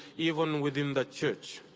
even within the church.